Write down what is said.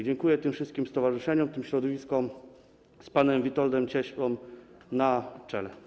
Dziękuję tym wszystkim stowarzyszeniom, tym środowiskom z panem Witoldem Cieślą na czele.